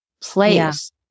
place